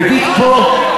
תגיד פה,